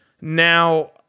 Now